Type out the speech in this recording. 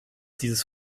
dieses